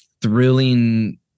thrilling